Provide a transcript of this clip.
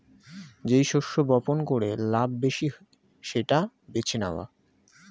যেই শস্য বপন করে লাভ বেশি সেটা বেছে নেওয়া